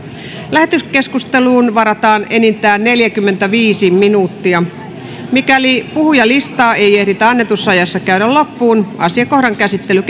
lähetekeskusteluun varataan enintään neljäkymmentäviisi minuuttia mikäli puhujalistaa ei ehditä annetussa ajassa käydä loppuun asiakohdan käsittely